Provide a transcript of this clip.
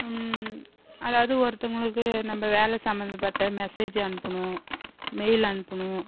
அதாவது ஒருத்தவங்களுக்கு நம்ம வேலை சம்மந்தப்பட்ட மெசேஜ் அனுப்பனும் மெயில் அனுப்பனும்